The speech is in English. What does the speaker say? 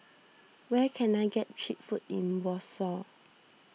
where can I get Cheap Food in Warsaw